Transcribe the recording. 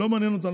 לא מעניין אותנו,